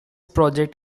project